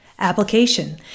application